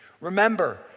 Remember